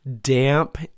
Damp